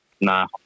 Nah